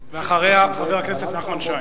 ואחריה, חבר הכנסת נחמן שי.